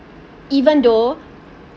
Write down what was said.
even though